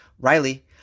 Riley